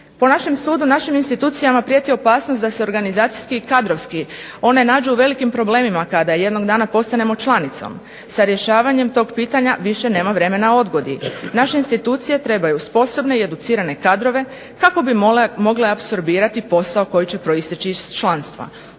Po našem sudu našim institucijama prijeti opasnost da se organizacijski i kadrovski one nađu u velikim problemima kada jednog dana postanemo članicom, sa rješavanjem tog pitanja više nema vremena odgodi. Naše institucije trebaju sposobne i educirane kadrove kako bi mogle apsorbirati posao koji će proisteći iz članstva.